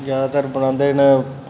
जैदातर बनांदे न